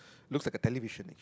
looks like a television